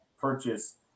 purchase